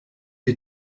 die